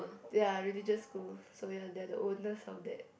ya religious school so ya they are the owners of that